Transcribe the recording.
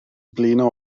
blino